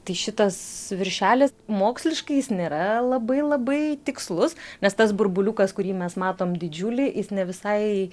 tai šitas viršelis moksliškai jis nėra labai labai tikslus nes tas burbuliukas kurį mes matome didžiulį jis ne visai